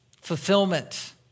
fulfillment